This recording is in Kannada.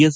ಎಸ್